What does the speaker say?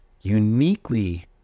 uniquely